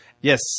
yes